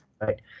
right